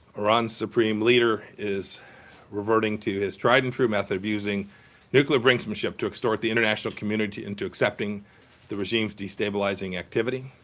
iran's supreme leader is reverting to his tried-and-true method of using nuclear brinksmanship to extort the international community into accepting the regime's destabilizing activity.